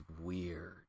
weird